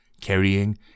carrying